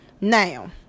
Now